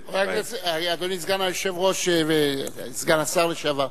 אדוני סגן היושב-ראש וסגן השר לשעבר,